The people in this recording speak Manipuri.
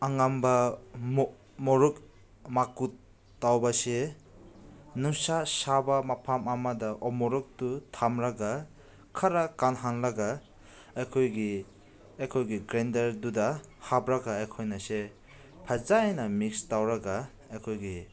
ꯑꯉꯥꯡꯕ ꯃꯣꯔꯨꯛ ꯃꯀꯨꯞ ꯇꯧꯕꯁꯦ ꯅꯨꯡꯁꯥ ꯁꯥꯕ ꯃꯐꯝ ꯑꯃꯗ ꯑꯃꯨꯔꯛꯇꯨ ꯊꯝꯂꯒ ꯈꯔ ꯀꯪꯍꯜꯂꯒ ꯑꯩꯈꯣꯏꯒꯤ ꯑꯩꯈꯣꯏꯒꯤ ꯒ꯭ꯔꯥꯏꯟꯗꯔꯗꯨꯗ ꯍꯥꯞꯂꯒ ꯑꯩꯈꯣꯏꯅꯁꯦ ꯐꯖꯅ ꯃꯤꯛꯁ ꯇꯧꯔꯒ ꯑꯩꯈꯣꯏꯒꯤ